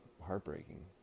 heartbreaking